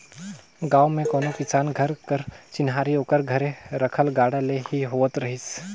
गाँव मे कोनो किसान घर कर चिन्हारी ओकर घरे रखल गाड़ा ले ही होवत रहिस